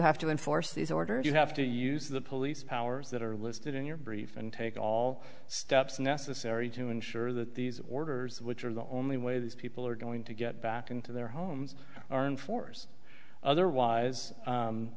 have to enforce these orders you have to use the police powers that are listed in your brief and take all steps necessary to ensure that these orders which are the only way these people are going to get back into their homes are enforced otherwise